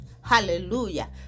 hallelujah